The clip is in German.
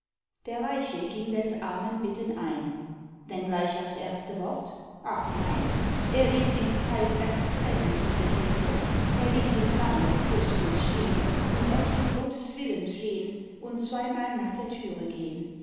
der reiche ging des armen bitten ein denn gleich aufs erste wort ach nein er ließ ihm zeit erst tränen zu vergießen er ließ ihn lange trostlos stehn und oft um gottes willen flehn und zweimal nach der türe gehn